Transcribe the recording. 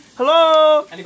Hello